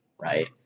right